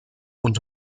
und